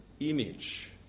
image